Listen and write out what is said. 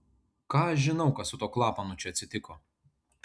ką aš žinau kas su tuo klapanu čia atsitiko